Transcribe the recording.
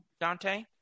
Dante